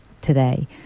today